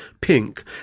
pink